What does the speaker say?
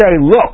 look